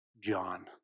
John